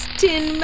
tin